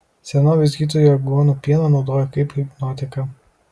senovės gydytojai aguonų pieną naudojo kaip hipnotiką